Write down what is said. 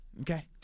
Okay